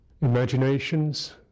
imaginations